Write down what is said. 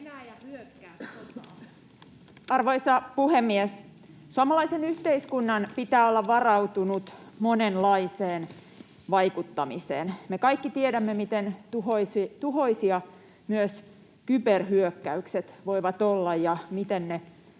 Arvoisa puhemies! Suomalaisen yhteiskunnan pitää olla varautunut monenlaiseen vaikuttamiseen. Me kaikki tiedämme, miten tuhoisia myös kyberhyökkäykset voivat olla ja miten ne pahimmillaan